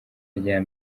rya